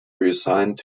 reassigned